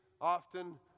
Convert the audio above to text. often